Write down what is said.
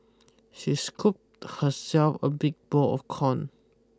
she scooped herself a big bowl of corn